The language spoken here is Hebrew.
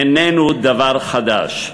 איננו דבר חדש.